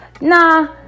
nah